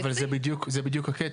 אבל זה בדיוק הקטע.